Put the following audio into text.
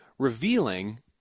revealing